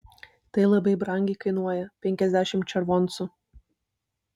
tai labai brangiai kainuoja penkiasdešimt červoncų